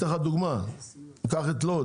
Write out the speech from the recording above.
למשל, לוד